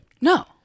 No